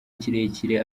kirekire